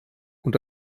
und